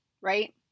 right